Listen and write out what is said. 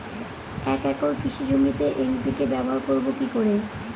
এক একর কৃষি জমিতে এন.পি.কে ব্যবহার করব কি করে?